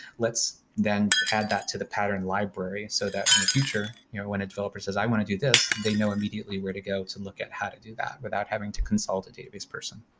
let's then add that to the pattern library so that in the future when a developer says, i want to do this, they know immediately where to go to look at how to do that without having to consult a database person.